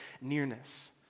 nearness